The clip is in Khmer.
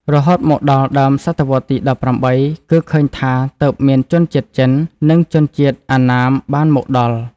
រហូតមកដល់ដើមសតវត្សរ៍ទី១៨ គឺឃើញថាទើបមានជនជាតិចិន និងជនជាតិអណ្ណាមបានមកដល់។